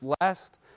last